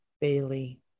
Bailey